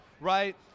right